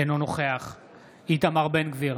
אינו נוכח איתמר בן גביר,